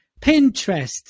Pinterest